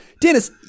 Dennis